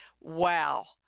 Wow